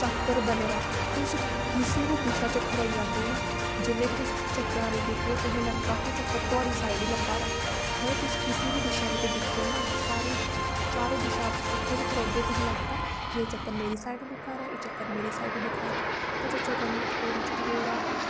चक्कर बने दा ऐ तुस किसे बी दिशा च खड़ोई जाह्गे ना जुसलै बी तुस दिखदे ते तुसेंगी लग्गग चक्कर तोआढ़ी साईड ही लब्भा दा मतलव तुस किसे बी दिशा दिक्खो ना सारी चारों दिशा जित्थें बी दिखगो तुसेंगी लगगा कि चक्कर मेरी साईड दिक्खा दा ऐ एह् चक्कर मेरी साईड दिक्खा दा ऐ ते जगन नाथ पुरी च जेह्ड़ा